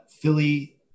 Philly